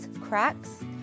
cracks